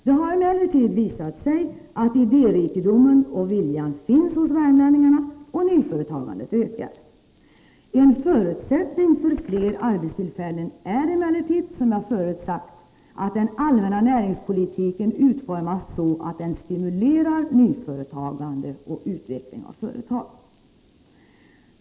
Det har emellertid visat sig att idérikedomen och viljan finns hos värmlänningarna, och nyföretagandet ökar. En förutsättning för fler arbetstillfällen är emellertid — som jag förut sagt — att den allmänna näringspolitiken utformas så, att den stimulerar nyföretagande och utveckling av företag.